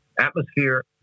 atmosphere